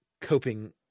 coping